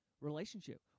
relationship